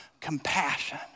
compassion